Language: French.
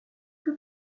que